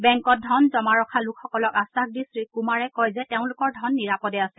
বেংকত ধন জমা ৰখা লোকসকলক আখাস দি শ্ৰীকুমাৰে কয় যে তেওঁলোকৰ ধন নিৰাপদে আছে